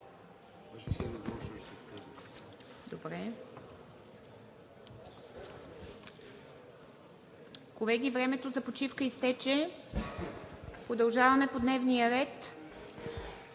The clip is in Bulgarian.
МИТЕВА: Колеги, времето за почивка изтече. Продължаваме по дневния ред: